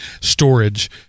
storage